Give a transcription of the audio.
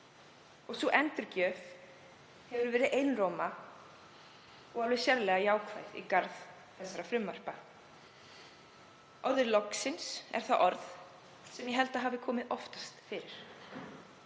Endurgjöfin hefur verið einróma og alveg sérlega jákvæð í garð þessara frumvarpa. Loksins er það orð sem ég held að hafi komið oftast fyrir.